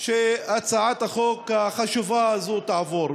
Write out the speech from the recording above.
שהצעת החוק החשובה הזאת תעבור.